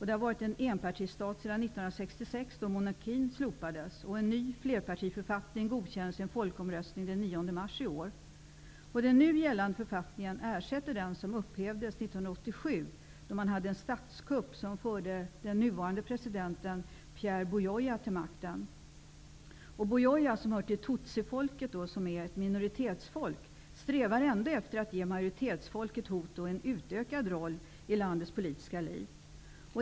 Sedan 1966 har 1987 efter en statskupp som förde den nuvarande presidenten Pierre Boyoya till makten. Boyoya, som hör till minoritetsfolket tutsi strävar ändå efter att ge majoritetsfolket hutu en utökad roll i landets politiska liv.